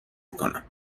میکنم